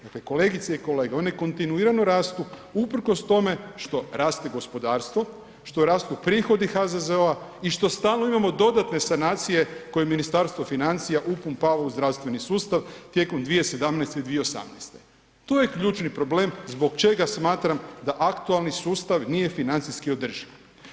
Dakle, kolegice i kolege, one kontinuirano rastu uprkos tome što raste gospodarstvo, što rastu prihodi HZZO-a i što stalno imamo dodatne sanacije koje Ministarstvo financija upumpava u zdravstveni sustav tijekom 2017. i 2018., to je ključni problem zbog čega smatram da aktualni sustav nije financijski održiv.